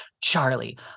Charlie